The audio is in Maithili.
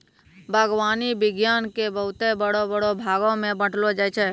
बागवानी विज्ञान के बहुते बड़ो बड़ो भागमे बांटलो जाय छै